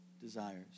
desires